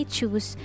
Choose